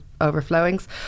overflowings